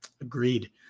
Agreed